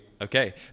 Okay